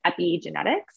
epigenetics